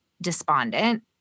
despondent